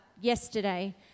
yesterday